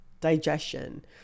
Digestion